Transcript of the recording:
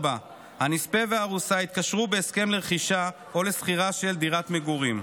4. הנספה והארוסה התקשרו בהסכם לרכישה או לשכירה של דירת מגורים.